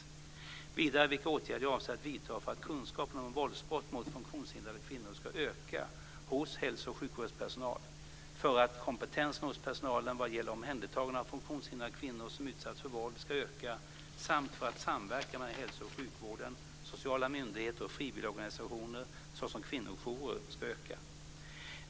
Vidare har de frågat vilka åtgärder jag avser att vidta för att kunskapen om våldsbrott mot funktionshindrade kvinnor ska öka hos hälso och sjukvårdspersonal, för att kompetensen hos personalen vad gäller omhändertagande av funktionshindrade kvinnor som utsatts för våld ska öka samt för att samverkan mellan hälso och sjukvården, sociala myndigheter och frivilligorganisationer såsom kvinnojourer ska öka.